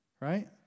Right